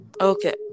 Okay